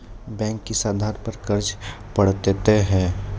Bank किस आधार पर कर्ज पड़तैत हैं?